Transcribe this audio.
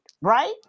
right